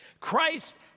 Christ